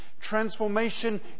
Transformation